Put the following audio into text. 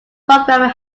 programming